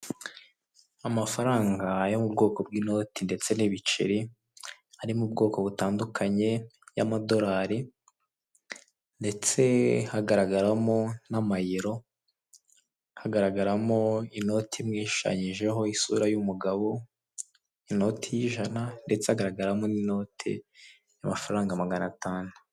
Amafaranga yo mu bwoko bw'inoti ndetse n'ibiceri, harimo ubwoko butandukanye bw'amadorali ndetse hagaragaramo n'amayero, hagaragaramo inoti imwe ishushanyijeho isura y'umugabo, inoti y'ijana ndetse hagaragaramo n'inoti y'amafaranga magana atanu.